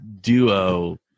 duo